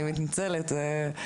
אני מתנצלת,